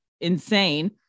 insane